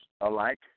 alike